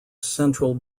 central